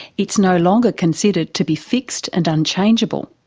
it's no longer considered to be fixed and unchangeable.